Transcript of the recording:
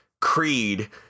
Creed